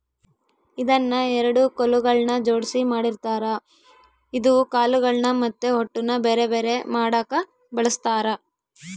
ಇದನ್ನ ಎರಡು ಕೊಲುಗಳ್ನ ಜೊಡ್ಸಿ ಮಾಡಿರ್ತಾರ ಇದು ಕಾಳುಗಳ್ನ ಮತ್ತೆ ಹೊಟ್ಟುನ ಬೆರೆ ಬೆರೆ ಮಾಡಕ ಬಳಸ್ತಾರ